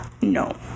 No